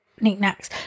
knickknacks